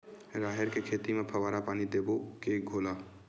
राहेर के खेती म फवारा पानी देबो के घोला?